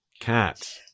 Cat